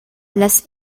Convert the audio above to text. las